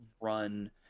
run